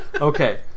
Okay